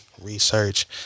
research